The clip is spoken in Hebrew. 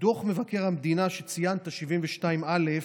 דוח מבקר המדינה שציינת, 72א,